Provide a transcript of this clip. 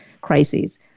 crises